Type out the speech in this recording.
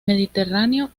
mediterráneo